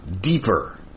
deeper